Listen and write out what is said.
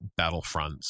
battlefronts